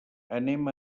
anem